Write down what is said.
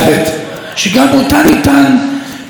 היא רצח הנשים על ידי בעליהן.